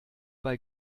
bei